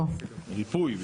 כן, כן.